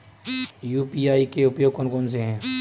UPI के उपयोग कौन कौन से हैं?